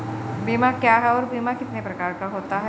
बीमा क्या है और बीमा कितने प्रकार का होता है?